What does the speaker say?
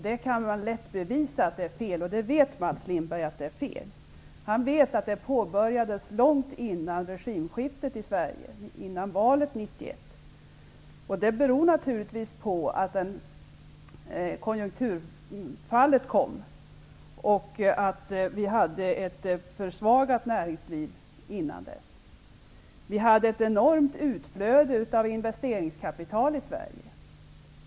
Det kan man lätt bevisa, och Mats Lindberg vet att det är fel. Han vet att den utvecklingen påbörjades långt före regimskiftet i Sverige och före valet 1991. Den berodde naturligtvis på konjunkturfallet och på att vi dessförinnan hade ett försvagat näringsliv. Vi hade ett enormt utflöde av investeringskapital i Sverige.